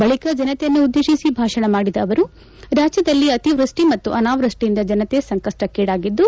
ಬಳಿಕ ಜನತೆಯನ್ನುದ್ದೇಶಿಸಿ ಭಾಷಣ ಮಾಡಿದ ಅವರು ರಾಜ್ಯದಲ್ಲಿ ಅತಿವೃಷ್ಟಿ ಮತ್ತು ಅನಾವೃಷ್ಟಿಯಿಂದ ಜನತೆ ಸಂಕಷ್ಟಕ್ಕೀಡಾಗಿದ್ದು